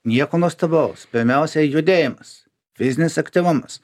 nieko nuostabaus pirmiausia judėjimas fizinis aktyvumas